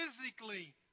physically